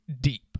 deep